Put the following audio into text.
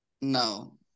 No